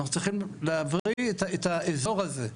אנחנו צריכים להבריא את האזור הזה.